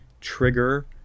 trigger